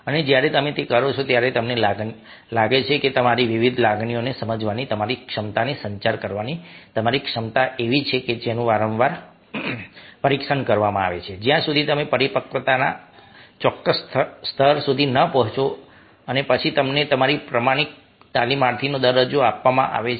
અને જ્યારે તમે તે કરો છો ત્યારે તમને લાગે છે કે તમારી વિવિધ લાગણીઓને સમજવાની તમારી ક્ષમતાને સંચાર કરવાની તમારી ક્ષમતા એવી વસ્તુ છે જેનું વારંવાર પરીક્ષણ કરવામાં આવે છે જ્યાં સુધી તમે પરિપક્વતાના ચોક્કસ સ્તર સુધી ન પહોંચો અને પછી તમને પ્રમાણિત તાલીમાર્થીનો દરજ્જો આપવામાં આવે છે